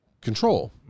control